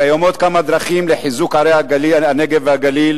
קיימות כמה דרכים לחיזוק ערי הנגב והגליל